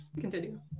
continue